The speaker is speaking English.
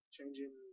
Changing